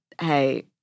hey